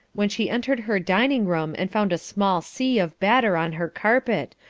when she entered her dining-room and found a small sea of batter on her carpet,